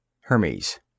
Hermes